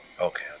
Okay